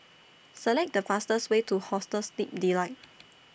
Select The fastest Way to Hostel Sleep Delight